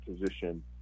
position